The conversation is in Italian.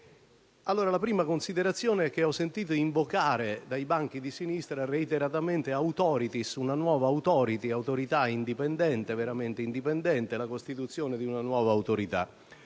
La prima considerazione è che ho sentito invocare dei banchi di sinistra, reiteratamente, «una nuova *Authority*», «una Autorità indipendente», «veramente indipendente», la «costituzione di una nuova Autorità».